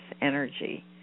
energy